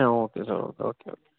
okay sir okay okay okay